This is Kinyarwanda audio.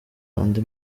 andi